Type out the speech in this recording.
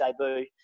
debut